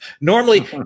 Normally